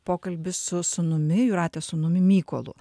pokalbis su sūnumi jūratės sūnumi mykolu